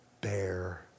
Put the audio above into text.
bear